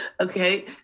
Okay